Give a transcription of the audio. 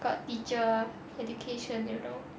got teacher education you know